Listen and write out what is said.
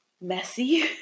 messy